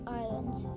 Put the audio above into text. islands